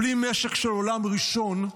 בלי משק של עולם ראשון,